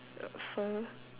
fur